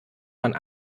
man